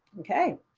okay,